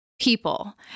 People